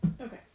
Okay